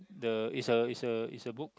the is a is a book